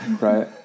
Right